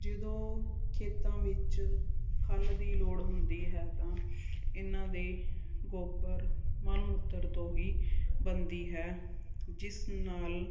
ਜਦੋਂ ਖੇਤਾਂ ਵਿੱਚ ਖਲ ਦੀ ਲੋੜ ਹੁੰਦੀ ਹੈ ਤਾਂ ਇਹਨਾਂ ਦੇ ਗੋਬਰ ਮਲ ਮੂਤਰ ਤੋਂ ਵੀ ਬਣਦੀ ਹੈ ਜਿਸ ਨਾਲ